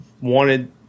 wanted